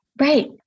right